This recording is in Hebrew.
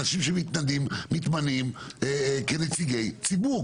אנשים שמתמנים כנציגי ציבור,